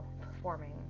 performing